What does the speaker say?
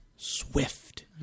swift